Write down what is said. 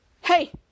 hey